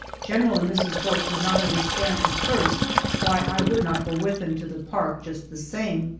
general and mrs. bourke could not understand at first why i would not go with them to the park, just the same,